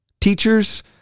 teachers